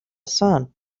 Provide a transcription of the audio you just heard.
sun